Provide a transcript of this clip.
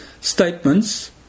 statements